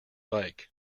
bike